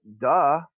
duh